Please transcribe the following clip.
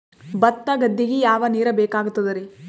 ಭತ್ತ ಗದ್ದಿಗ ಯಾವ ನೀರ್ ಬೇಕಾಗತದರೀ?